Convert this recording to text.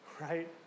right